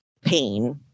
pain